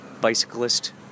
bicyclist